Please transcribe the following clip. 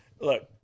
Look